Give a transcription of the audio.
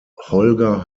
holger